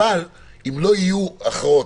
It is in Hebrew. אבל אם לא יהיו הכרעות,